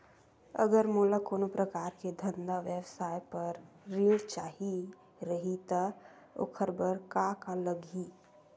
अगर मोला कोनो प्रकार के धंधा व्यवसाय पर ऋण चाही रहि त ओखर बर का का लगही?